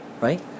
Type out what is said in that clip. right